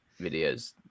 videos